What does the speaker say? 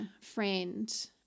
friend